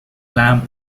lamp